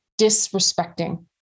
disrespecting